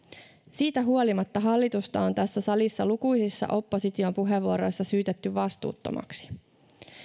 siitä huolimatta hallitusta on tässä salissa lukuisissa opposition puheenvuoroissa syytetty vastuuttomaksi